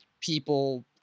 people